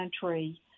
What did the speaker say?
country